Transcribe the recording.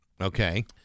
Okay